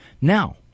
now